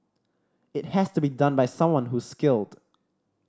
it has to be done by someone who's skilled